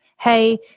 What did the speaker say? Hey